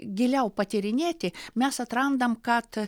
giliau patyrinėti mes atrandam kad